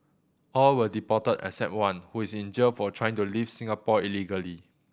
all were deported except one who is in jail for trying to leave Singapore illegally